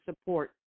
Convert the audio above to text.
support